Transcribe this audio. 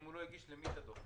אם הוא לא הגיש למי את הדוח?